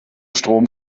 strom